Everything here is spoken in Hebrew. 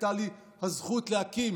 הייתה לי הזכות להקים